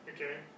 Okay